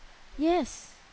yes